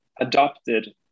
adopted